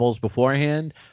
beforehand